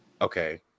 Okay